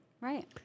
Right